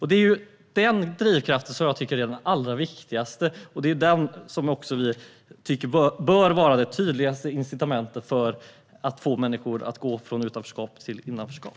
Det är den drivkraften som vi tycker är den allra viktigaste, och det är också den som vi tycker bör vara det tydligaste incitamentet för att få människor att gå från utanförskap till innanförskap.